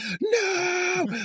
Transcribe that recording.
no